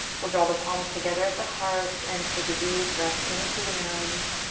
we'll draw the palms together at the heart and take a deep breath in through the nose